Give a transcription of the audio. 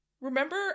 Remember